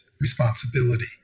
responsibility